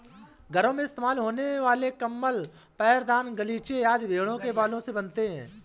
घरों में इस्तेमाल होने वाले कंबल पैरदान गलीचे आदि भेड़ों के बालों से बनते हैं